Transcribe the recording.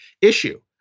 issue